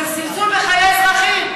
זה זלזול בחיי אזרחים.